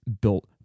built